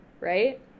right